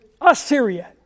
Assyria